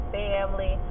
family